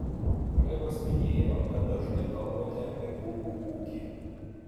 kolegos minėjo kad dažnai kalbate apie pupų ūkį